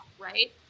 right